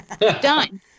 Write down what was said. Done